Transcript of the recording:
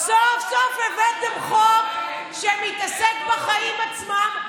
סוף-סוף הבאתם חוק שלא מתעסק בעצמכם,